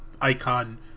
icon